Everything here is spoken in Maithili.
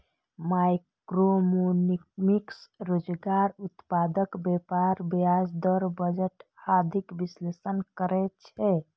मैक्रोइकोनोमिक्स रोजगार, उत्पादकता, व्यापार, ब्याज दर, बजट आदिक विश्लेषण करै छै